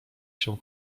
się